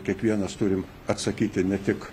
kiekvienas turim atsakyti ne tik